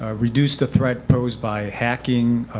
ah reduce the threat posed by hacking,